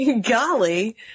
Golly